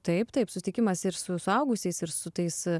taip taip sutikimas ir su suaugusiais ir su tais